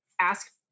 ask